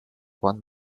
won